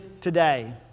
today